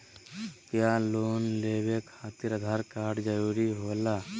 क्या लोन लेवे खातिर आधार कार्ड जरूरी होला?